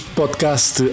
podcast